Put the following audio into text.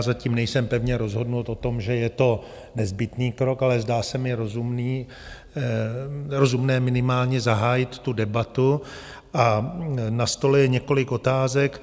Zatím nejsem pevně rozhodnut o tom, že je to nezbytný krok, ale zdá se mi rozumný, rozumné je minimálně zahájit tu debatu a na stole je několik otázek.